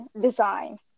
design